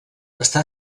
està